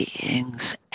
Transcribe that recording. beings